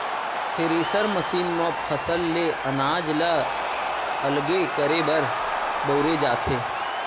thresher machine म फसल ले अनाज ल अलगे करे बर बउरे जाथे